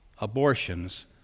abortions